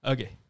Okay